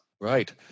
Right